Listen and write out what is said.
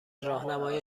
راهنمایی